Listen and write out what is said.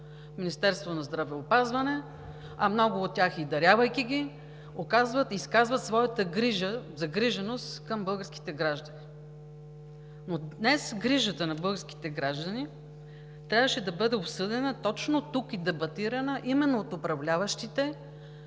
Министерството на здравеопазването, а много от тях и дарявайки ги, изказват своята грижа, загриженост към българските граждани. Но днес грижата на българските граждани трябваше да бъде обсъждана точно тук и дебатирана именно от управляващите